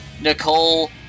Nicole